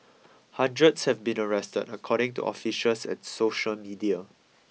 hundreds have been arrested according to officials and social media